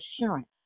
assurance